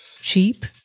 Cheap